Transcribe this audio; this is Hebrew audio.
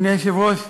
אדוני היושב-ראש,